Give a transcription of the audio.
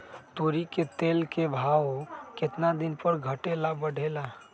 तोरी के तेल के भाव केतना दिन पर घटे ला बढ़े ला?